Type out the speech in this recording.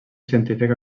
científica